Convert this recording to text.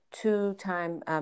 two-time